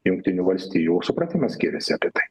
jungtinių valstijų supratimas skiriasi apie tai